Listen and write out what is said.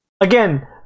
Again